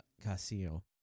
Casino